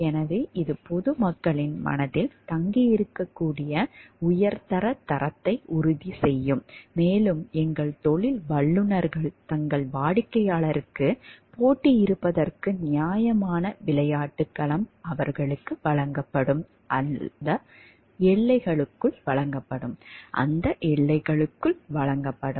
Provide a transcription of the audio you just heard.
எனவே இது பொதுமக்களின் மனதில் தங்கியிருக்கக்கூடிய உயர்தரத் தரத்தை உறுதி செய்யும் மேலும் எங்கள் தொழில் வல்லுநர்கள் தங்கள் வாடிக்கையாளர்களுக்குப் போட்டியிடுவதற்கு நியாயமான விளையாட்டுக் களம் அவர்களுக்கு வழங்கப்படும் அந்த எல்லைக்குள் வழங்கப்படும்